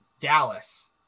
Dallas